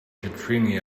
katrina